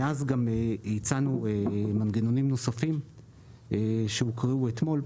מאז גם הצענו מנגנונים נוספים שהוקראו אתמול,